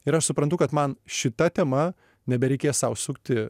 ir aš suprantu kad man šita tema nebereikės sau sukti